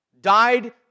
died